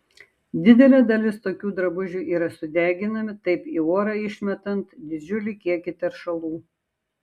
didelė dalis tokių drabužių yra sudeginami taip į orą išmetant didžiulį kiekį teršalų